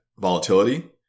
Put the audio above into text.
volatility